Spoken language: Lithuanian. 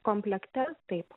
komplekte taip